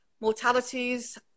mortalities